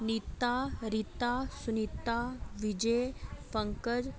Nita Reeta Sunita Vijay Pankaj